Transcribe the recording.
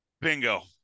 Bingo